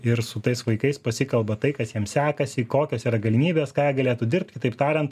ir su tais vaikais pasikalba tai kas jiem sekasi kokios yra galimybės ką jie galėtų dirbt kitaip tariant